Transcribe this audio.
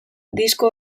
disko